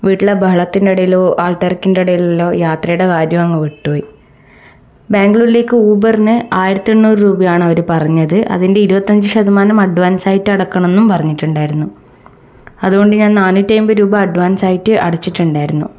വീട്ടിലെ ബഹളത്തിൻ്റെ ഇടയിൽ ആൾ തിരക്കിൻ്റെ ഇടയിലെല്ലാം യാത്രയുടെ കാര്യം അങ്ങ് വിട്ടു പോയി ബാഗ്ലൂരിലേക്ക് ഊബറിന് ആയിരത്തി എണ്ണൂറു രൂപയാണ് അവർ പറഞ്ഞത് അതിൻ്റെ ഇരുപത്തഞ്ചു ശതമാനം അഡ്വാൻസ് ആയിട്ട് അടക്കണം എന്നും പറഞ്ഞിട്ടുണ്ടായിരുന്നു അതുകൊണ്ടു ഞാൻ നാന്നൂറ്റി അൻപത് രൂപ അഡ്വാൻസ് ആയിട്ട് അടച്ചിട്ടുണ്ടായിരുന്നു